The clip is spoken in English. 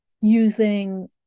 using